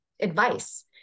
advice